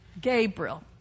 Gabriel